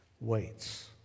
waits